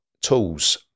tools